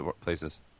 places